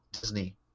Disney